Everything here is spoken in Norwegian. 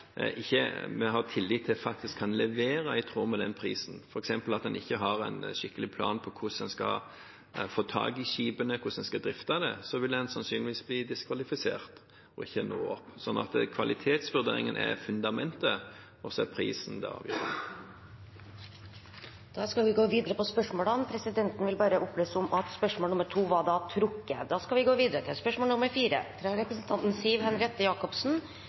vi ikke har tillit til faktisk kan levere i tråd med den prisen – f.eks. at en ikke har en skikkelig plan for hvordan en skal få tak i skipene, og hvordan en skal drifte dem – blir sannsynligvis diskvalifisert og når ikke opp. Kvalitetsvurderingen er fundamentet og prisen det avgjørende. «I en ny rapport fra Bane NOR fremgår det at Bane NOR vil